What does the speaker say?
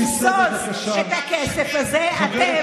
אתה בקריאה שנייה.